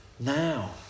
Now